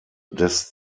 des